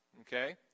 okay